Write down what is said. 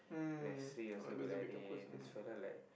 also be like dey this fella like